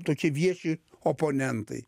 tokie vieši oponentai